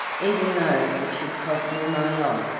even though it should cost me my life.